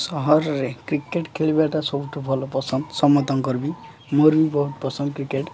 ସହରରେ କ୍ରିକେଟ ଖେଳିବାଟା ସବୁଠୁ ଭଲ ପସନ୍ଦ ସମସ୍ତଙ୍କର ବି ମୋର ବି ବହୁତ ପସନ୍ଦ କ୍ରିକେଟ